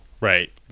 Right